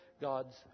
God's